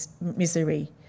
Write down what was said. misery